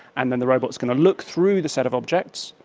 and then the robot is going to look through the set of objects,